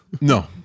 no